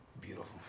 Beautiful